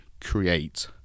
create